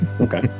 Okay